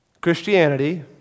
Christianity